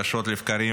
חדשות לבקרים,